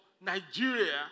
Nigeria